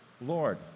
Lord